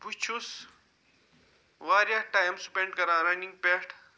بہٕ چھُس واریاہ ٹایم سپیٚنڈ کران رَنِنٛگ پٮ۪ٹھ